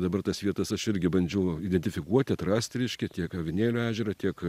dabar tas vietas aš irgi bandžiau identifikuoti atrasti reiškia tiek avinėlio ežerą tiek